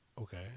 okay